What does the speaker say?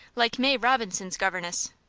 like may robinson's governess.